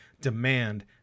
demand